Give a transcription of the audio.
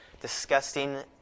disgusting